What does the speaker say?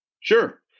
Sure